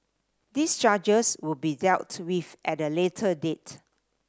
these charges will be dealt with at a later date